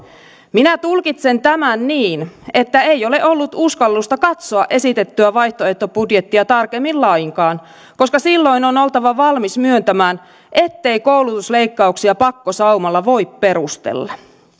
minä tulkitsen tämän niin että ei ole ollut uskallusta katsoa esitettyä vaihtoehtobudjettia tarkemmin lainkaan koska silloin on oltava valmis myöntämään ettei koulutusleikkauksia pakkosaumalla voi perustella